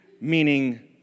meaning